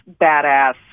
badass